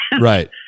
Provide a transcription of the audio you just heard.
Right